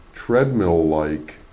treadmill-like